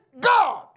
God